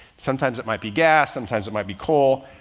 sometimes it might be gas, sometimes it might be coal,